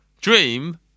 Dream